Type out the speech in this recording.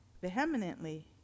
vehemently